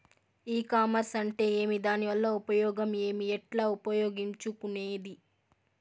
ఈ కామర్స్ అంటే ఏమి దానివల్ల ఉపయోగం ఏమి, ఎట్లా ఉపయోగించుకునేది?